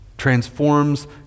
Transforms